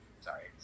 Sorry